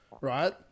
Right